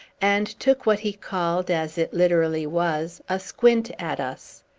and took what he called as it literally was a squint at us.